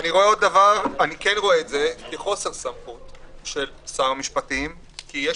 אני רואה כחוסר סמכות של שר המשפטים כי יש